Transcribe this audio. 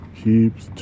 keeps